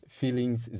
feelings